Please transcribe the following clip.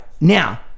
Now